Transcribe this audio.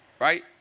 right